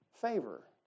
favor